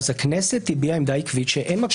הכנסת הביעה עמדה עקבית שאין מקור סמכות.